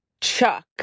Chuck